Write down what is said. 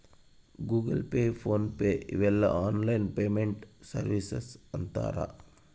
Google Pay PhonePe ಇವೆಲ್ಲ online payment services ಅಂತರ್